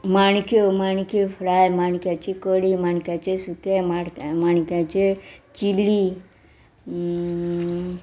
माणक्यो माणक्यो फ्राय माणक्याची कडी माणक्याचे सुकें माड माणक्याचें चिली